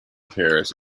pairs